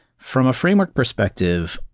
from a framework perspective,